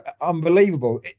unbelievable